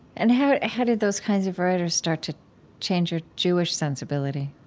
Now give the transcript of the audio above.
and how how did those kinds of writers start to change your jewish sensibility?